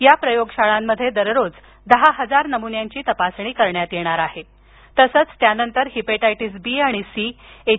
या प्रयोगशाळांमध्ये दररोज दहा हजार नमुन्यांची तपासणी करता येणार आहे तसच त्यानंतर हिपेटायटीस बी आणि सी एच